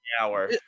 hour